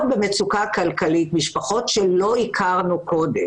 במצוקה כלכלית משפחות שלא הכרנו קודם